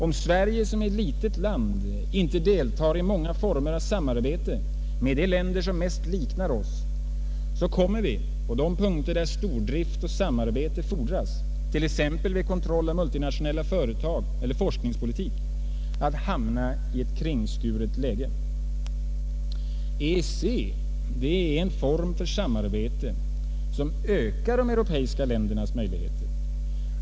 Om Sverige som är ett litet land inte deltar i många former av samarbete med de länder som mest liknar oss kommer vi där stordrift och samarbete fordras, t.ex. vid kontroll av multinationella företag eller när det gäller forskningspolitik, att hamna i ett kringskuret läge. EEC är en form för samarbete som ökar de europeiska ländernas möjligheter.